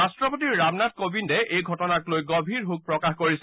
ৰাট্টপতি ৰামনাথ কোবিন্দে এই ঘটনাক লৈ গভীৰ শোক প্ৰকাশ কৰিছে